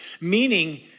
Meaning